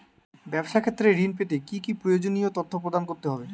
ব্যাবসা ক্ষেত্রে ঋণ পেতে কি কি প্রয়োজনীয় তথ্য প্রদান করতে হবে?